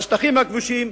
בשטחים הכבושים,